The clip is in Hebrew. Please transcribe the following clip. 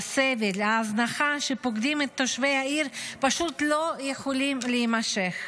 הסבל וההזנחה שפוקדים את תושבי העיר פשוט לא יכולים להימשך.